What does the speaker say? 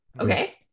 okay